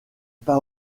pas